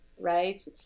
right